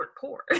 poor